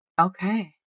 Okay